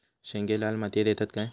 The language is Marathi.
शेंगे लाल मातीयेत येतत काय?